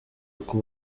uko